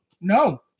no